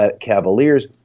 Cavaliers